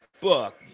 Book